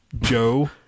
Joe